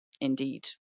indeed